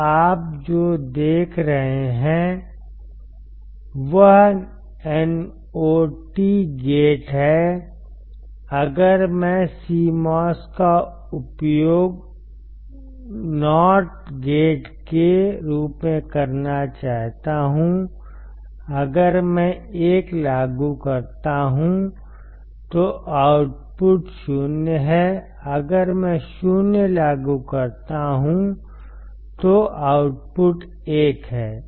तो आप जो देख रहे हैं वह NOT गेट है अगर मैं CMOS का उपयोग NOT गेट के रूप में करना चाहता हूं अगर मैं 1 लागू करता हूं तो आउटपुट 0 है अगर मैं 0 लागू करता हूं तो आउटपुट 1 है